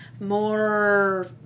more